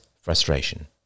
frustration